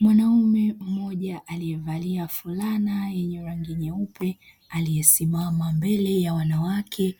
Mwanaume mmoja aliyevalia fulana yenye rangi nyeupe. Aliyesimama mbele ya wanawake